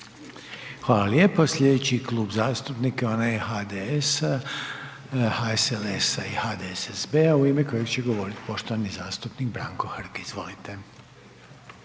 Hvala lijepo. Sljedeći klub zastupnika je onaj HDS-a, HSLS-a i HDSSB-a u ime kojeg će govoriti poštovani zastupnik Branko Hrg. Izvolite.